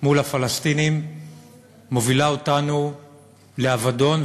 מול הפלסטינים מובילים אותנו לאבדון,